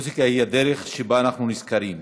המוזיקה היא הדרך שבה אנחנו נזכרים,